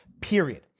period